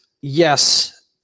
yes